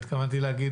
התכוונתי להגיד